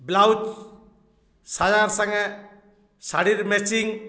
blouse ସାୟା ସାଙ୍ଗେ ଶାଢ଼ୀର ମେଚିଙ୍ଗ୍